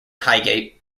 highgate